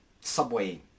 subway